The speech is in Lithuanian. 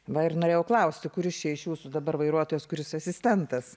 va ir norėjau klausti kuris čia iš jūsų dabar vairuotojas kuris asistentas